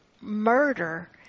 murder